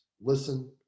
Listen